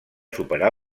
superar